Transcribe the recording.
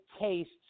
tastes